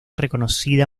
reconocida